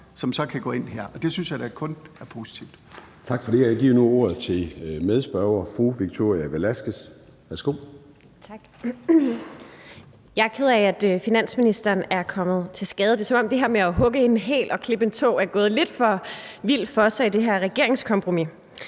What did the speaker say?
som så kan gå ind her, og det synes jeg da kun er positivt. Kl. 13:41 Formanden (Søren Gade): Tak for det. Jeg giver nu ordet til medspørger fru Victoria Velasquez. Værsgo. Kl. 13:41 Victoria Velasquez (EL): Tak. Jeg er ked af, at finansministeren er kommet til skade. Det er, som om det her med at hugge en hæl og klippe en tå er gået lidt for vildt for sig i det her regeringskompromis.